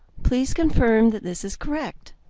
please confirm that this is correct.